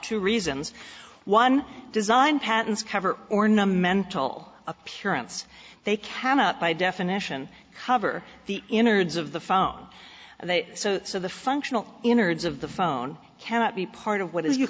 to reasons one design patents cover or numb menthol appearance they cannot by definition cover the innards of the phone they so so the functional innards of the phone cannot be part of what is you